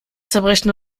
zerbrechen